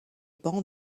bancs